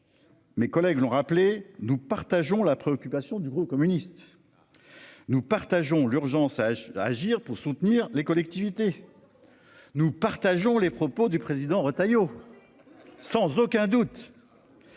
Mes collègues l'ont rappelé. Nous partageons la préoccupation du groupe communiste. Nous partageons l'urgence à agir pour soutenir les collectivités. Nous partageons les propos du président Retailleau. Sans aucun doute.